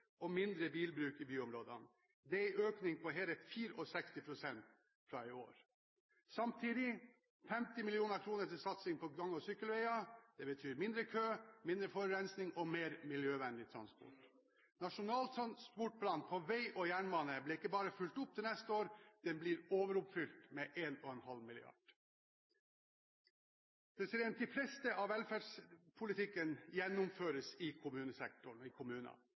og mindre bilbruk i byområdene. Det er en økning på hele 64 pst. fra i år. Samtidig bevilger vi 50 mill. kr til satsing på gang- og sykkelveier. Det betyr mindre kø, mindre forurensning og mer miljøvennlig transport. Nasjonal transportplan når det gjelder vei og jernbane blir ikke bare fulgt opp til neste år, den blir overoppfylt med 1,5 mrd. kr. Det meste av velferdspolitikken gjennomføres i kommunene – i grunnskolen, i barnehagene og ikke minst i